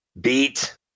beat